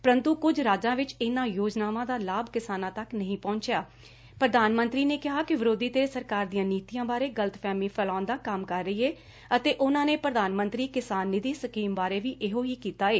ਪ੍ਰੰਤੁ ਕੁਝ ਰਾਜਾਂ ਵਿਚ ਇਹਨਾਂ ਯੋਜਨਾਵਾਂ ਦਾ ਲਾਭ ਕਿਸਾਨਾਂ ਤੱਕ ਨਹੀਂ ਪਹੁੰਚਿਆ ਪ੍ਰਧਾਨ ਮੰਤਰੀ ਨੇ ਕਿਹਾ ਕਿ ਵਿਰੌਧੀ ਧਿਰ ਸਰਕਾਰ ਦੀਆਂ ਨੀਤੀਆਂ ਬਾਰੇ ਗਲਤ ਫਹਿਮੀ ਫੈਲਾਉਣ ਦਾ ਕੰਮ ਕਰ ਰਹੀ ਏ ਅਤੇ ਉਨੂਾਂ ਨੇ ਪ੍ਰਧਾਨ ਮੰਤਰੀ ਕਿਸਾਨ ਨਿਧੀ ਸਕੀਮ ਬਾਰੇ ਵੀ ਇਹੋ ਹੀ ਕੀਤਾ ਏ